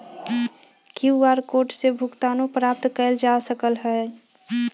QR code से भुगतानो प्राप्त कएल जा सकल ह